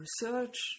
research